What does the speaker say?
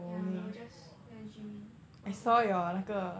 yeah we were just there dreaming for the whole time